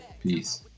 peace